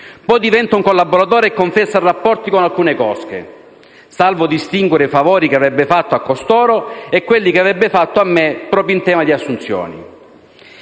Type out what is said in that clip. Poi diventa un collaboratore e confessa rapporti con alcune cosche, salvo distinguere i favori che avrebbe fatto a costoro e quelli che avrebbe fatto a me proprio in tema di assunzioni.